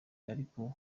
ariko